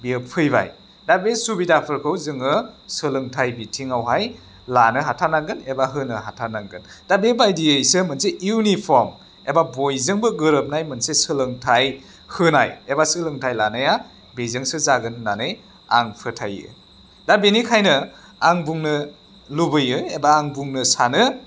बेयो फैबाय दा बे सुबिदाफोरखौ जोङो सोलोंथाइ बिथिङावहाय लानो हाथारनांगोन एबा होनो हाथारनांगोन दा बेबायदियैसो मोनसे इउनिफर्म एबा बयजोंबो गोरोबनाय मोनसे सोलोंथाइ होनाय एबा सोलोंथाइ लानाया बेजोंसो जागोन होननानै आं फोथायो दा बेनिखायनो आं बुंनो लुबैयो एबा आं बुंनो सानो